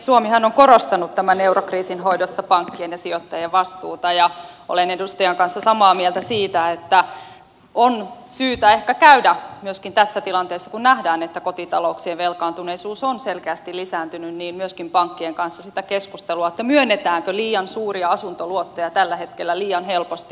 suomihan on korostanut tämän eurokriisin hoidossa pankkien ja sijoittajien vastuuta ja olen edustajan kanssa samaa mieltä siitä että on syytä ehkä käydä myöskin tässä tilanteessa kun nähdään että kotitalouksien velkaantuneisuus on selkeästi lisääntynyt myöskin pankkien kanssa sitä keskustelua myönnetäänkö liian suuria asuntoluottoja tällä hetkellä liian helposti